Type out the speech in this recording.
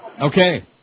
Okay